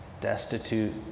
destitute